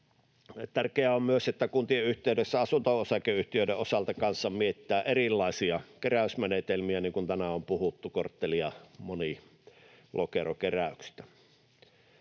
Tärkeää on myös, että kuntien yhteydessä asunto-osakeyhtiöiden osalta kanssa mietitään erilaisia keräysmenetelmiä, niin kuin tänään on puhuttu kortteli- ja monilokerokeräyksestä.